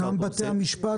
גם בבתי משפט,